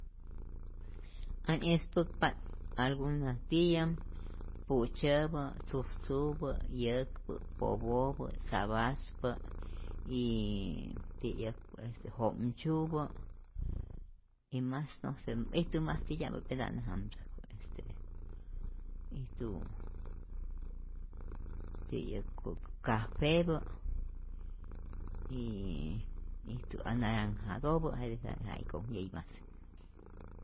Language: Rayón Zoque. Äj ispäkpa't algunos tiyä pu'tzyäpä, tujtzupä, yäkpä, popobä, tzapaspä yyy ti'yäkpa este jo'mtzyupä y mas no se, ijtu mas tityä'mpä pe nta't nä jamtzäjku, este ijtu ti'yäkpa cafepä yyyy ijtu anaranjatopä jeti jeti ja i ko'ak nyäyi mas.